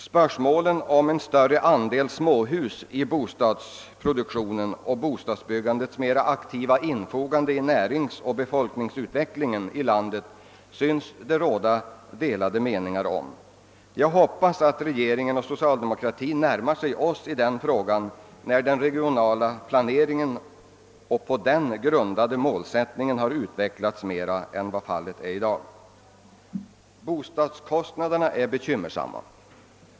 Spörsmålen om en större andel småhus i bostadsproduktionen och bostadsbyggandets mer aktiva infogande i näringsoch befolkningsutvecklingen i landet synes också föranleda delade meningar. Jag hoppas att regeringen — och socialdemokraterna över huvud taget — närmar sig oss i den frågan när den regionala planeringen och på den grundade målsättningar har utvecklat sig mera än vad fallet är i dag. Frågan om bostadskostnaderna är bekymmersam.